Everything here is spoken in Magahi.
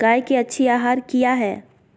गाय के अच्छी आहार किया है?